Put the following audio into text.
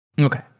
Okay